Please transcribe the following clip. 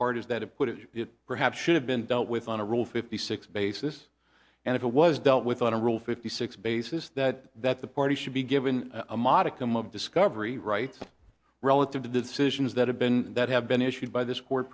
it perhaps should have been dealt with on a rule fifty six basis and if it was dealt with on a rule fifty six basis that that the party should be given a modicum of discovery rights relative to the decisions that have been that have been issued by th